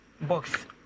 box